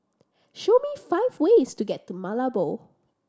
show me five ways to get to Malabo